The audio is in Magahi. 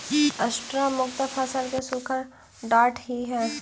स्ट्रा मुख्यतः फसल के सूखल डांठ ही हई